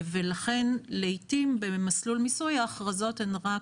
ולכן לעיתים במסלול מיסוי ההכרזות הן רק